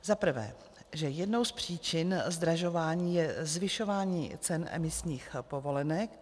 Za prvé, že jednou z příčin zdražování je zvyšování cen emisních povolenek.